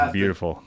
beautiful